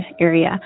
area